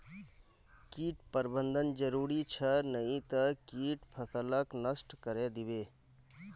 कीट प्रबंधन जरूरी छ नई त कीट फसलक नष्ट करे दीबे